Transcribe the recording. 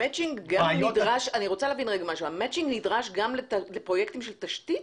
המצ'ינג נדרש גם לפרויקטים של תשתית?